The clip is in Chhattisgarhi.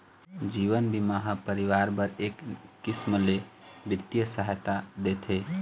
जीवन बीमा ह परिवार बर एक किसम ले बित्तीय सहायता देथे